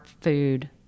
food